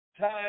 time